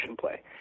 play